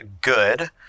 good